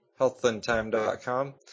healthandtime.com